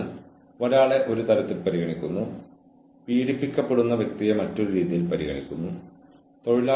അതിനാൽ ഇവയെല്ലാം വ്യക്തമായി നിർവചിക്കേണ്ടതാണ്